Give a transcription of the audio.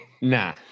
Nah